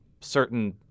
certain